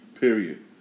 Period